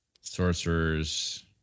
Sorcerers